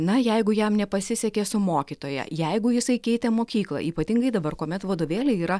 na jeigu jam nepasisekė su mokytoja jeigu jisai keitė mokyklą ypatingai dabar kuomet vadovėliai yra